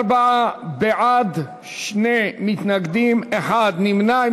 44 בעד, שני מתנגדים, אחד נמנע.